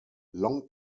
long